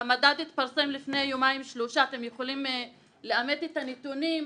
המדד התפרסם לפני יומיים או שלושה ואתם יכולים לאמת את הנתונים.